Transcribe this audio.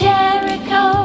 Jericho